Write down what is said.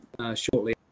shortly